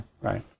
right